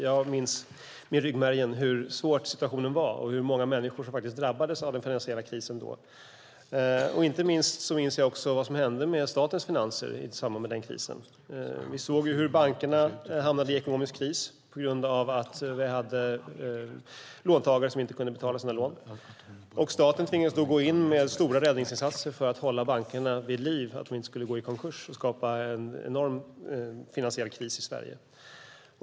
Jag minns hur svår situationen var och hur många som drabbades av den finansiella krisen då. Jag minns också vad som hände med statens finanser i samband med den krisen. Vi såg hur bankerna hamnade i ekonomisk kris på grund av att låntagare inte kunde betala sina lån. Staten tvingades gå in med stora räddningsinsatser för att hålla bankerna vid liv för att de inte skulle gå i konkurs och skapa en enorm finansiell kris i Sverige.